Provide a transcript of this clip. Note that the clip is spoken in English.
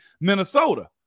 Minnesota